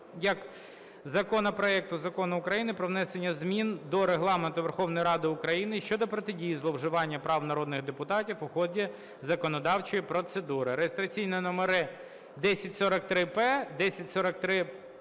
як закону проекту Закону України "Про внесення змін до Регламенту Верховної Ради України щодо протидії зловживанням прав народних депутатів у ході законодавчої процедури" (реєстраційні номери 1043-П, 1043-П1,